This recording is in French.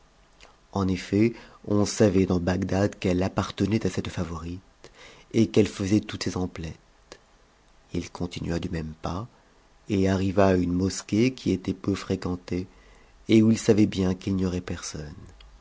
en effet on savait dans bagdad qu'elle appartenait à cette favorite et qu'elle faisait toutes ses emplettes il continua du même pas et arriva à une mosquée qui était peu fréquentée et où il savait bien qu'il n'y aurait personne